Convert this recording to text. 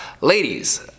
Ladies